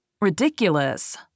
ridiculous